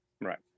Right